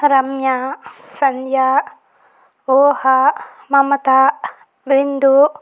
Ramya Sandhya Uha Mamata Bindu